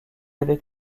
avec